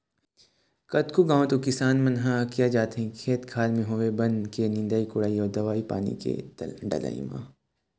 कतको घांव तो किसान मन ह हकिया जाथे खेत खार म होवई बन के निंदई कोड़ई अउ दवई पानी के डलई म